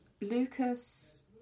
Lucas